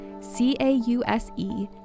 C-A-U-S-E